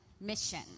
mission